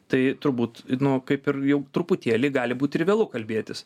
tai turbūt nu kaip ir jau truputėlį gali būt ir vėlu kalbėtis